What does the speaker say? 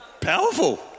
powerful